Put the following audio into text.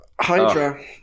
Hydra